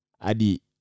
Adi